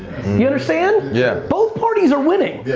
you understand? yeah. both parties are winning.